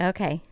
Okay